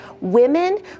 women